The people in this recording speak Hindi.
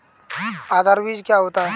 आधार बीज क्या होता है?